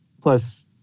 plus